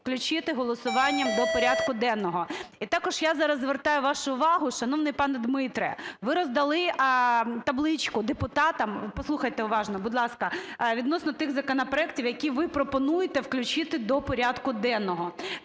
включити голосуванням до порядку денного. І також я зараз звертаю вашу увагу, шановний пане Дмитре, ви роздати табличку депутатам, послухайте уважно, будь ласка, відносно тих законопроектів, які ви пропонуєте включити до порядку денного.